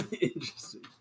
Interesting